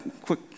quick